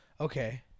okay